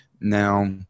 Now